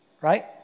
right